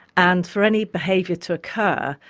and for any behaviour to occur,